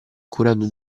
curando